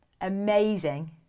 amazing